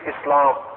Islam